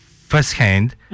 firsthand